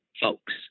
folks